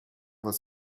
was